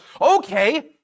Okay